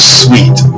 sweet